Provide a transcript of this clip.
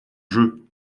jeu